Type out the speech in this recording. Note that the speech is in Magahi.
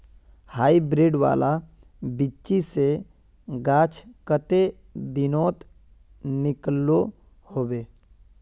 हाईब्रीड वाला बिच्ची से गाछ कते दिनोत निकलो होबे?